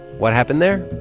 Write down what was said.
what happened there?